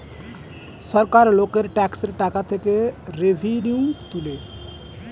সরকার লোকের ট্যাক্সের টাকা থেকে রেভিনিউ তোলে